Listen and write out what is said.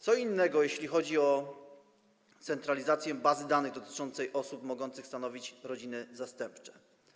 Co innego, jeśli chodzi o centralizację bazy danych dotyczącej osób mogących stanowić rodziny zastępcze.